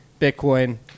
Bitcoin